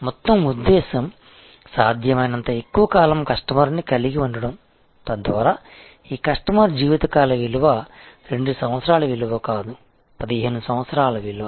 మొత్తం ఉద్దేశ్యం సాధ్యమైనంత ఎక్కువ కాలం కస్టమర్ని కలిగి ఉండటం తద్వారా ఈ కస్టమర్ జీవితకాల విలువ 2 సంవత్సరాల విలువ కాదు 15 సంవత్సరాల విలువ